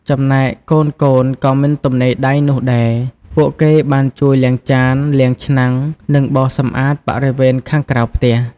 ចំណែកកូនៗក៏មិនទំនេរដៃនោះដែរ ពួកគេបានជួយលាងចាន លាងឆ្នាំង និងបោសសម្អាតបរិវេណខាងក្រៅផ្ទះ។